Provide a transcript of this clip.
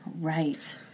right